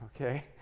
okay